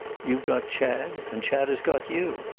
you've got chad and chad has got you.